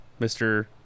Mr